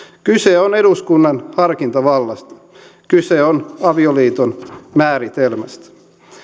kyse on eduskunnan harkintavallasta kyse on avioliiton määritelmästä